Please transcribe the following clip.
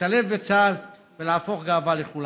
להשתלב בצה"ל ולהפוך גאווה לכולנו.